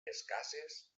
escasses